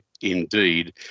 indeed